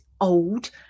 old